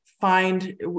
find